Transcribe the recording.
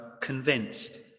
convinced